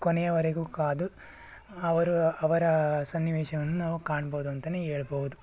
ಕೊನೆಯವರೆಗೂ ಕಾದು ಅವರು ಅವರ ಸನ್ನಿವೇಶವನ್ನು ನಾವು ಕಾಣ್ಬೋದು ಅಂತನೇ ಹೇಳ್ಬಹುದು